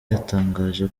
yatangaje